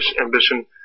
ambition